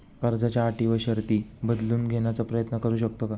कर्जाच्या अटी व शर्ती बदलून घेण्याचा प्रयत्न करू शकतो का?